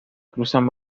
cruzan